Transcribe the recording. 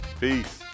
Peace